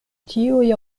tiuj